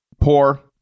poor